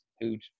who'd